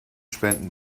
spenden